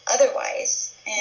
otherwise